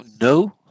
no